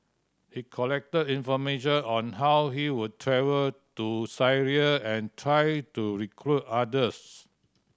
he collected information on how he would travel to Syria and tried to recruit others